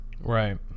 Right